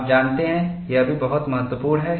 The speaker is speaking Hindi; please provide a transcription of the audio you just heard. आप जानते हैं यह भी बहुत महत्वपूर्ण है